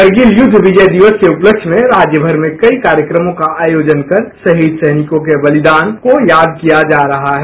करगिल युद्ध विजय दिवस के उपलक्ष्य में राज्य भर में कई कार्यक्रमों का आयोजन कर राहीद सैनिकों के बलिदान को याद किया जा रहा है